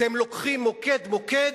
אתם לוקחים מוקד-מוקד,